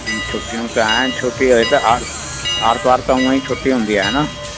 छुट्टियूं त आहिनि छुट्टी हुई त आर्तवार त उअई छुट्टी हूंदी आहे न